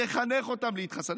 לחנך אותם להתחסן.